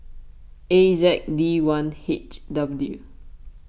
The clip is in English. A Z D one H W